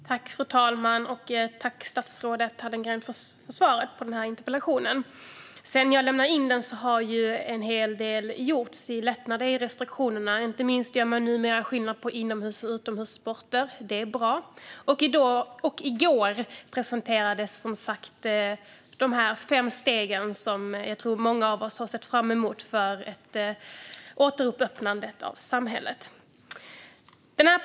Fru talman! Tack, statsrådet Hallengren, för svaret på interpellationen! Sedan jag lämnade in den har en hel del lättnader i restriktionerna gjorts. Inte minst gör man numera skillnad mellan inomhus och utomhussporter. Det är bra. I går presenterades som sagt också de fem stegen för återöppnandet av samhället, som jag tror att många av oss har sett fram emot.